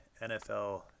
NFL